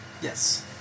Yes